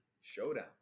Showdown